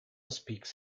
speaks